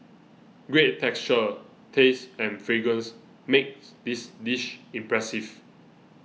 great texture taste and fragrance make this dish impressive